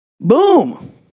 Boom